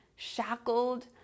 shackled